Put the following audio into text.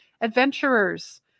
Adventurers